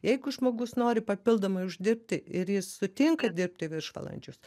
jeigu žmogus nori papildomai uždirbti ir jis sutinka dirbti viršvalandžius